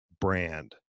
brand